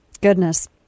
Goodness